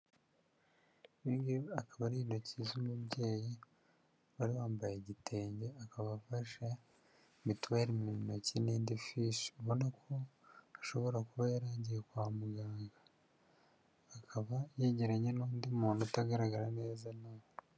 Ibi ngibi akaba ari intoki z'umubyeyi, wari wambaye igitenge, akaba afashe Mituweli mu ntoki n'indi fishi, ubona ko ashobora kuba yari agiye kwa muganga, akaba yegeranya n'undi muntu utagaragara neza na we.